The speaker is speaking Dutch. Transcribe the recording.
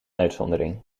uitzondering